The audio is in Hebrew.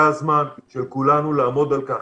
זה הזמן של כולנו לעמוד על כך.